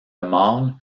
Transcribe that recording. mâle